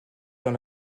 dans